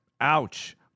Ouch